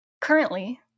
currently